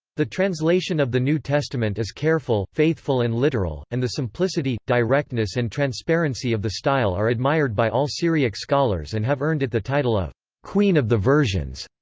the translation of the new testament is careful, faithful and literal, and the simplicity, directness and transparency of the style are admired by all syriac scholars and have earned it the title of queen of the versions.